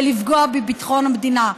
ולפגוע בביטחון המדינה.